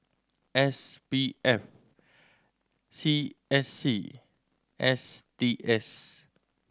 S P F C S C S T S